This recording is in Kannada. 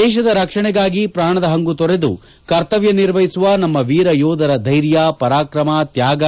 ದೇಶದ ರಕ್ಷಣೆಗಾಗಿ ಪೂಣದ ಹಂಗು ತೊರೆದು ಕರ್ತವ್ಯ ನಿರ್ವಹಿಸುವ ನಮ್ಮ ವೀರಯೋಧರ ಧೈರ್ಯ ಪರಾಕ್ರಮ ತ್ಯಾಗ